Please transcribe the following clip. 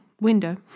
window